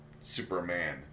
Superman